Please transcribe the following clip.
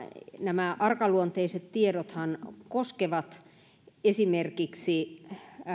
nämä arkaluonteiset tiedothan koskevat esimerkiksi